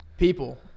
People